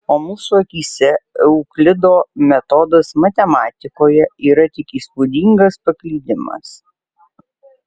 o mūsų akyse euklido metodas matematikoje yra tik įspūdingas paklydimas